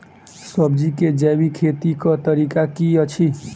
सब्जी केँ जैविक खेती कऽ तरीका की अछि?